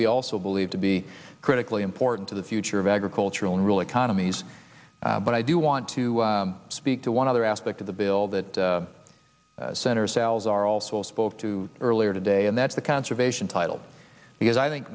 we also believe to be critically important to the future of agricultural and real economies but i do want to speak to one other aspect of the bill that senator salazar also spoke to earlier today and that's the conservation title because i think